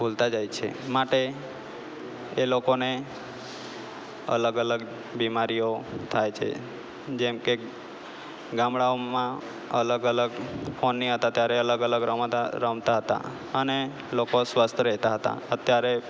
ભૂલતા જાય છે માટે એ લોકોને અલગ અલગ બીમારીઓ થાય છે જેમ કે ગામડાઓમાં અલગ અલગ ફોન નઈ હતા ત્યારે અલગ અલગ રમતો રમતા હતા અને લોકો સ્વસ્થ રહેતા હતા અત્યારે